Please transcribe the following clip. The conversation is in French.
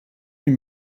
huit